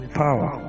power